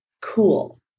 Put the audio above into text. cool